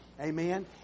Amen